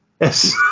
Yes